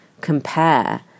compare